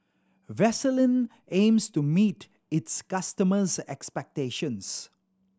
Vaselin aims to meet its customers' expectations